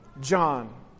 John